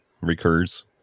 recurs